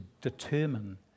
determine